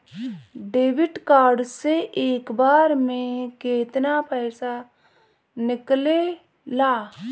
Debit card से एक बार मे केतना पैसा निकले ला?